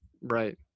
Right